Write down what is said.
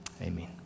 Amen